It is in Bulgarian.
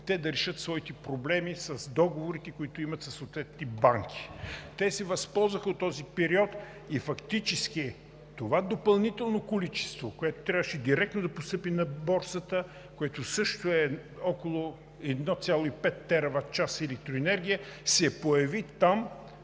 да решат своите проблеми с договорите, които имат със съответните банки. Те се възползваха от този период и фактически това допълнително количество, което трябваше директно да постъпи на борсата, то е около 1,5 тераватчаса електроенергия, се появи там